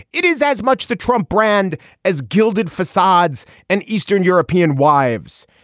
it is as much the trump brand as gilded facades and eastern european wives.